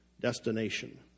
destination